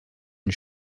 une